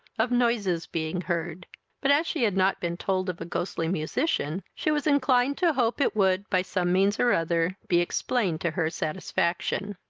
of noises being heard but, as she had not been told of a ghostly musician, she was inclined to hope it would, by some means or other, be explained to her satisfaction.